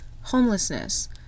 homelessness